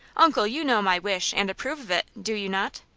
uncle, you know my wish, and approve of it, do you not?